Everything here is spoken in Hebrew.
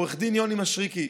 לעו"ד יוני משריקי,